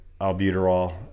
albuterol